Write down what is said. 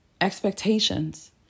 expectations